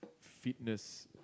fitness